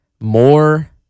more